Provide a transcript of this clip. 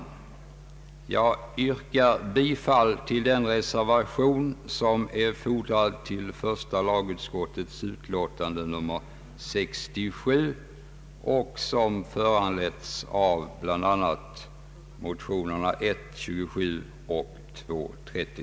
Jag yrkar bifall till den reservation som är fogad till första lagutskottets utlåtande nr 67 och som föranletts av bl.a. motionerna I:27 och II: 30.